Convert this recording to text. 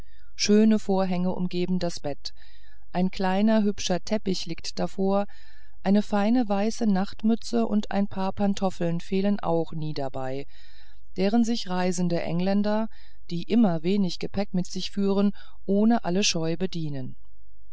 schöne vorhänge umgeben das bett ein hübscher kleiner teppich liegt davor eine feine weiße nachtmütze und ein paar pantoffeln fehlen auch nie dabei deren sich reisende engländer die immer wenig gepäck mit sich führen ohne alle scheu bedienen